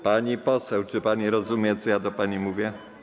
Pani poseł, czy pani rozumie, co ja do pani mówię?